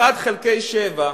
אחת חלקי שבע.